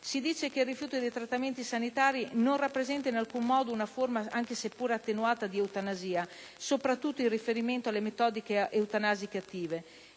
Si dice che il rifiuto dei trattamenti sanitari non rappresenta in alcun modo una forma, se pur attenuata, di eutanasia soprattutto in riferimento alle metodiche eutanasiche attive,